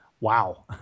wow